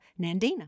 Nandina